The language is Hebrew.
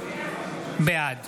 בעד